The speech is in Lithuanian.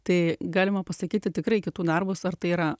tai galima pasakyti tikrai kitų darbus ar tai yra